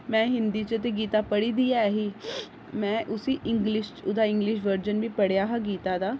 में हिंदी च ते गीता पढ़ी दी ऐ ही में उसी इंग्लिश च ओह्दा इंग्लिश वर्जन बी पढे़आ हा गीता दा